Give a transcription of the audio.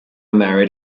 married